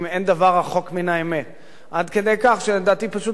עד כדי כך שלדעתי פשוט לא היה לו אף פורום שהוא רצה לדבר בו,